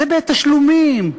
זה בתשלומים,